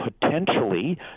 potentially